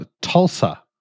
Tulsa